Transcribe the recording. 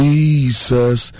Jesus